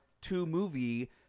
two-movie